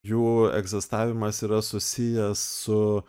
jų egzistavimas yra susijęs su